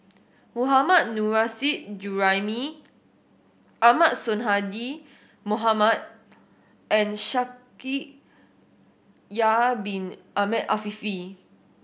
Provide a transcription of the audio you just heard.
Mohammad Nurrasyid Juraimi Ahmad Sonhadji Mohamad and Shaikh Yahya Bin Ahmed Afifi